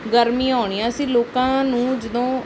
ਗਰਮੀ ਆਉਣੀ ਆ ਅਸੀਂ ਲੋਕਾਂ ਨੂੰ ਜਦੋ